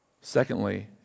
Secondly